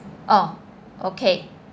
orh okay